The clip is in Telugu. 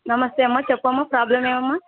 నమస్తేమ్మా చెప్పమ్మా ప్రాబ్లమ్ ఏంటమ్మా